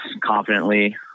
confidently